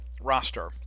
roster